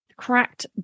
cracked